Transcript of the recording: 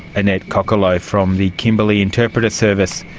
annette kogolo from the kimberley interpreter service.